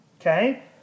okay